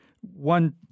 One